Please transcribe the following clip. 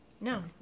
No